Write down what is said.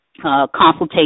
consultation